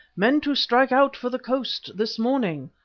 meant to strike out for the coast this morning.